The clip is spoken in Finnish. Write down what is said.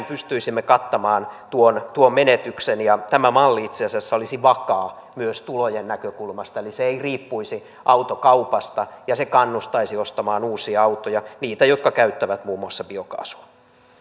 pystyisimme kattamaan tuon tuon menetyksen tämä malli itse asiassa olisi vakaa myös tulojen näkökulmasta eli se ei riippuisi autokaupasta ja kannustaisi ostamaan uusia autoja niitä jotka käyttävät muun muassa biokaasua